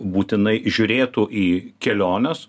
būtinai žiūrėtų į keliones